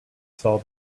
saw